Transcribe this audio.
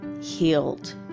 healed